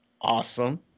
Awesome